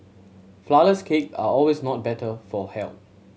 flourless cake are always not better for health